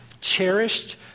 cherished